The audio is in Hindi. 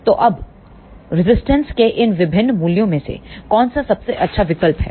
तो अब रजिस्टेंस के इन विभिन्न मूल्यों में से कौन सबसे अच्छा विकल्प है